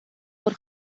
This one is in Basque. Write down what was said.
hor